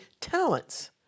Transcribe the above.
talents